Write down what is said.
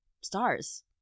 stars